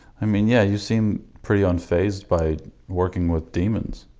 i mean, yeah, you seem pretty unfazed by working with demons.